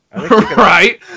Right